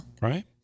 Right